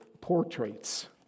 portraits